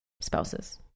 spouses